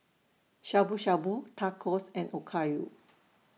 Shabu Shabu Tacos and Okayu